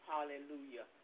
Hallelujah